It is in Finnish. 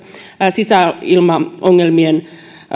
sisäilmaongelmien